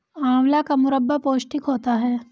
आंवला का मुरब्बा पौष्टिक होता है